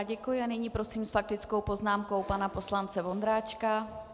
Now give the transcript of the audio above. Děkuji a nyní prosím s faktickou poznámkou pana poslance Vondráčka.